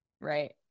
right